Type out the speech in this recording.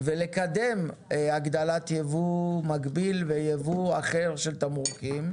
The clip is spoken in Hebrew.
ולקדם הגדלת ביבוא מקביל ויבוא אחר של תמרוקים,